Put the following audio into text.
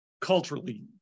culturally